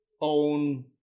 own